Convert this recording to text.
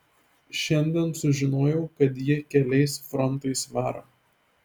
šiandien sužinojau kad ji keliais frontais varo